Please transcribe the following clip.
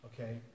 Okay